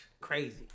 Crazy